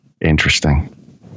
interesting